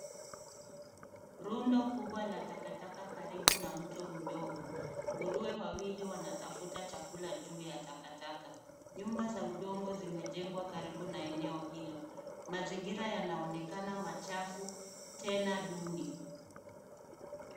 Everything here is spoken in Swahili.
Rundo kubwa la takataka karibu na mto mdogo. Nguruwe wawili wanatafuta chakula juu ya takataka. Nyumba za udongo zimejengwa karibu na eneo hilo. Mazingira yanaonekana machafu tena duni.